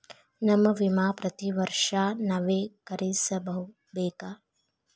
ನನ್ನ ವಿಮಾ ಪ್ರತಿ ವರ್ಷಾ ನವೇಕರಿಸಬೇಕಾ?